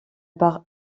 par